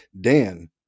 Dan